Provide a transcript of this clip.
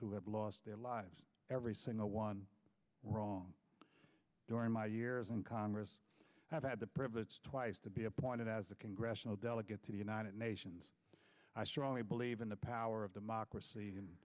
who have lost their lives every single one wrong during my years in congress have had the privilege to be appointed as the congressional delegate to the united nations i strongly believe in the power of democracy and